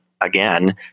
again